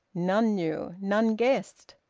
none knew. none guessed.